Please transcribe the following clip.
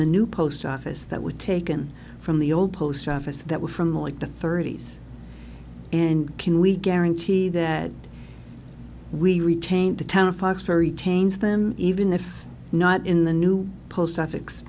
the new post office that were taken from the old post office that were from like the thirty's and can we guarantee that we retain the town fox very tains them even if not in the new post ethics